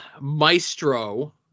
Maestro